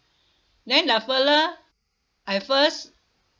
then the fella at first